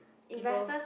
people